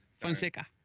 Fonseca